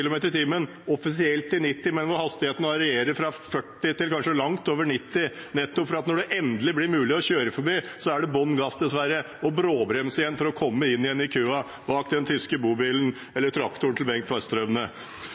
90 km/t, men hastigheten varierer fra 40 til kanskje langt over 90 km/t, nettopp fordi at når det endelig blir mulig å kjøre forbi, så er det bånn gass, dessverre, og å bråbremse for å komme inn igjen i køen, bak den tyske bobilen eller traktoren til Bengt